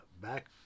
Back